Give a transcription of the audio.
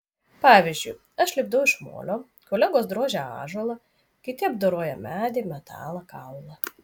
pavyzdžiui aš lipdau iš molio kolegos drožia ąžuolą kiti apdoroja medį metalą kaulą